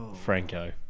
Franco